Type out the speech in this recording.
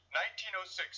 1906